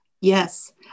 Yes